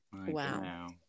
Wow